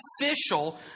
official